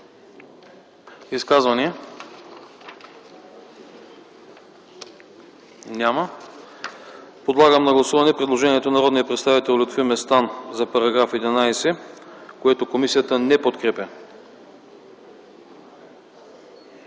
Изказвания? Няма. Подлагам на гласуване предложението на народния представител Лютви Местан за § 11, което комисията не подкрепя.